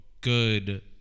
good